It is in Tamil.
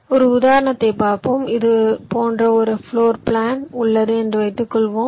ஒரு உதாரணம் பார்ப்போம் இது போன்ற ஒரு பிளோர் பிளான் உள்ளது என்று வைத்துக்கொள்வோம்